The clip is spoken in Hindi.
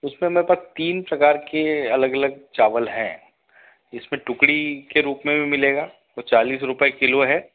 उसमें मैरे पास तीन प्रकार के अलग अलग चावल हैं इसमें टुकड़ी के रूप मे भी मिलेगा वो चालिस रुपये किलो है